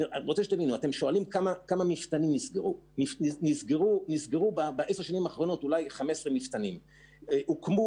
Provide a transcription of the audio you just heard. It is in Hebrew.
ב-10 השנים האחרונות נסגרו 15 מפתנים והוקמו